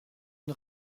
une